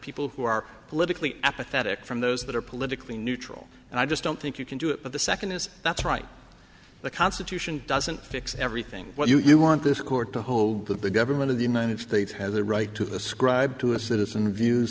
people who are politically apathetic from those that are politically neutral and i just don't think you can do it but the second is that's right the constitution doesn't fix everything what you want this court to hold that the government of the united states has a right to ascribe to a citizen views